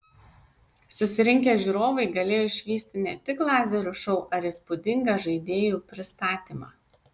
susirinkę žiūrovai galėjo išvysti ne tik lazerių šou ar įspūdingą žaidėjų pristatymą